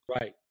Right